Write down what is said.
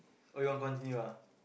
oh you want continue ah